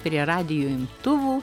prie radijo imtuvų